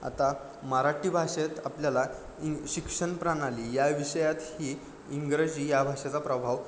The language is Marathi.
मराठी भाषेत आपल्याला इंग् शिक्षण प्रणाली या विषयात ही इंग्रजी या भाषेचा प्रभाव